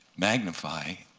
magnify,